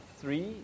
three